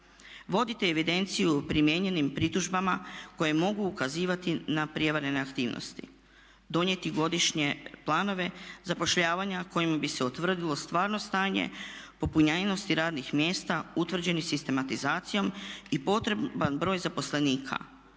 Vodite evidenciju o primijenjenim pritužbama koje mogu ukazivati na prijevare i neaktivnosti, donijeti godišnje planove zapošljavanja kojima bi se utvrdilo stvarno stanje popunjenosti radnih mjesta utvrđenih sistematizacijom i potreban broj zaposlenika,